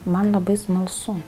man labai smalsu